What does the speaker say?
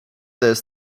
this